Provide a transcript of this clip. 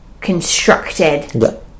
constructed